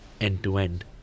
end-to-end